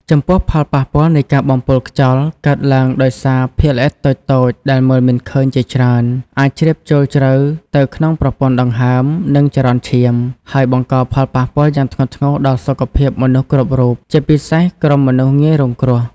ចំពោះផលប៉ះពាល់នៃការបំពុលខ្យល់កើតឡើងដោយសារភាគល្អិតតូចៗដែលមើលមិនឃើញជាច្រើន អាចជ្រាបចូលជ្រៅទៅក្នុងប្រព័ន្ធដង្ហើម និងចរន្តឈាម ហើយបង្កផលប៉ះពាល់យ៉ាងធ្ងន់ធ្ងរដល់សុខភាពមនុស្សគ្រប់រូប ជាពិសេសក្រុមមនុស្សងាយរងគ្រោះ។